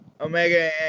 Omega